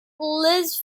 liz